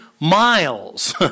Miles